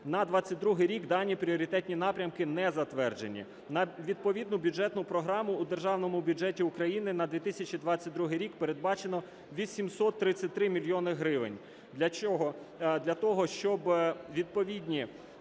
На 22-й рік дані пріоритетні напрямки не затверджені. На відповідну бюджетну програму у Державному бюджеті України на 2022 рік передбачено 833 мільйони гривень. Для чого? Для того, щоб відповідні